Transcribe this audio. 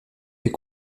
est